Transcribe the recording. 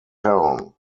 town